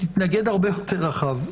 היא תתנגד הרבה יותר רחב.